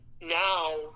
now